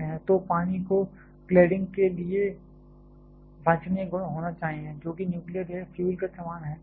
तो पानी को क्लैडिंग के लिए वांछनीय गुण होना चाहिए जो कि न्यूक्लियर फ्यूल के समान है